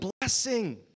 blessing